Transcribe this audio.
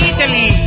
Italy